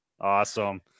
Awesome